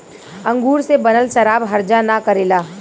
अंगूर से बनल शराब हर्जा ना करेला